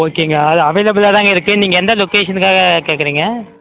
ஓகேங்க அது அவைலபிளாக தாங்க இருக்குது நீங்கள் எந்த லொக்கேஷனுக்காக கேட்குறீங்க